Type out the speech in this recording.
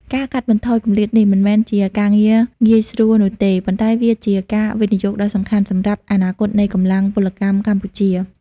ការកាត់បន្ថយគម្លាតនេះមិនមែនជាការងារងាយស្រួលនោះទេ ប៉ុន្តែវាជាការវិនិយោគដ៏សំខាន់សម្រាប់អនាគតនៃកម្លាំងពលកម្មកម្ពុជា។